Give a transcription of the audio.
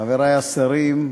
חברי השרים,